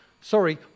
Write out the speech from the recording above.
sorry